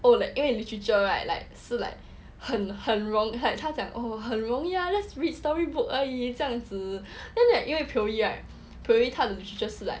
oh like 因为 literature right like 是 like 很很 like 他讲 oh 很容易 ah just read storybook 而已这样子 then that 因为 pio yee right pio yee 他的 literature 是 like